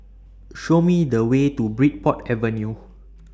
Show Me The Way to Bridport Avenue